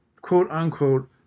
quote-unquote